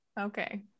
Okay